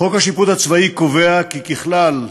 חוק השיפוט הצבאי קובע כי, ככלל,